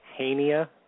Hania